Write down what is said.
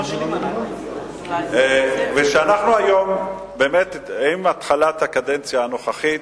עם התחלת הקדנציה הנוכחית,